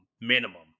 minimum